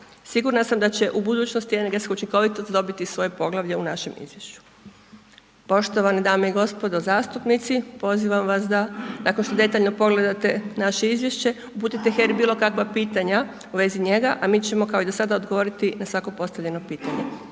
Sigurna sam da će u budućnosti energetska učinkovitost dobiti svoje poglavlje u našem izvješću. Poštovane dame i gospodo zastupnici, pozivam vas da nakon što detaljno pogledate naše izvješće, uputite HERA-i bilo kakva pitanja u vezi njega, a mi ćemo kao i do sada odgovoriti na svako postavljeno pitanje